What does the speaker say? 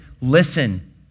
listen